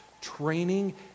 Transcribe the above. training